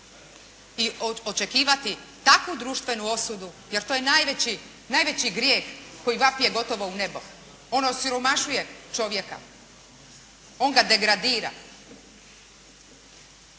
i očekivati takvu društvenu osudu jer to je najveći, najveći grijeh koji vapi gotovo u nebo. Ono osiromašuje čovjeka, on ga degradira.